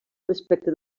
respecte